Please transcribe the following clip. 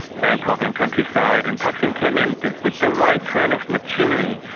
bangkok and countryside, and thaksin came in with the right kind of machinery,